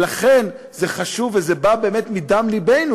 ולכן זה חשוב וזה בא באמת מדם לבנו.